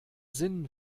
sinn